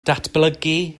datblygu